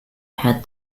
head